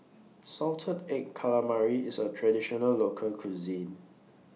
Salted Egg Calamari IS A Traditional Local Cuisine